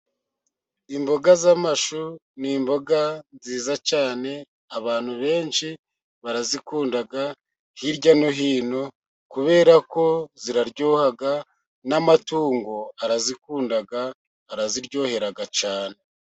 Imboga z'amashu n'imboga nziza cyane abantu benshi barazikunda. Hirya no hino kubera ko ziraryohaga n'amatungo arazikunda araziryohera cyane.